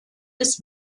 bis